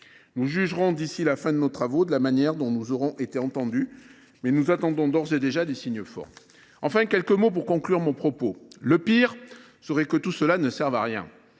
Nous jugerons d’ici à la fin de nos travaux de la manière dont nous aurons été entendus, mais nous attendons d’ores et déjà des signes forts. J’en viens à quelques mots de conclusion. Le pire serait que tout cela ne serve à rien